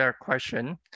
Question